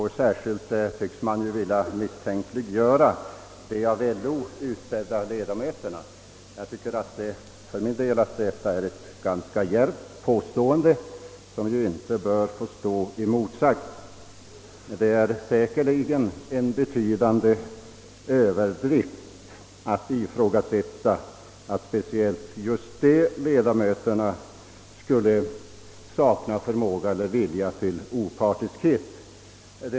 Särskilt tycks man vilja misstänkliggöra de av LO utsedda ledamöterna. För min del tycker jag att detta är ett ganska djärvt påstående, som inte bör få stå oemotsagt. Det är säkerligen en betydande överdrift att ifrågasätta att just dessa ledamöter skulle sakna förmåga eller vilja till opartiskhet.